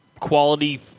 quality